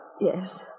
Yes